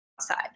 outside